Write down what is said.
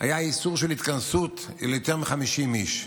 היה איסור התכנסות של יותר מ-50 איש,